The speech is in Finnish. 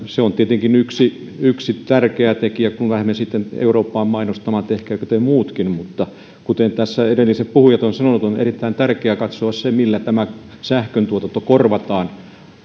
se on tietenkin yksi yksi tärkeä tekijä kun lähdemme sitten eurooppaan mainostamaan että tehkää te muutkin mutta kuten tässä edelliset puhujat ovat sanoneet on erittäin tärkeää katsoa se millä tämä sähköntuotanto korvataan